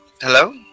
Hello